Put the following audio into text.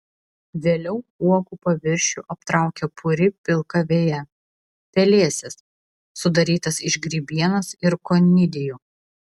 vėliau uogų paviršių aptraukia puri pilka veja pelėsis sudarytas iš grybienos ir konidijų